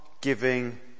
giving